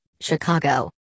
Chicago